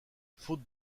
faute